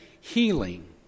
healing